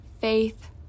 faith